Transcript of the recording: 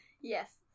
Yes